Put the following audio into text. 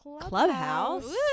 clubhouse